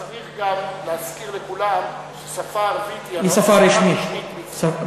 צריך גם להזכיר לכולם שהשפה הערבית היא שפה רשמית בישראל.